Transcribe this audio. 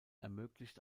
ermöglicht